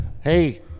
hey